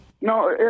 no